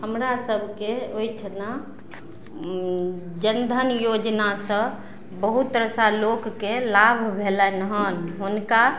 हमरा सबके ओइठिना जन धन योजनासँ बहुत रास लोकके लाभ भेलनि हन हुनका